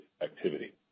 activity